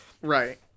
Right